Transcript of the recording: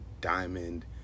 diamond